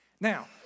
Now